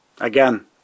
again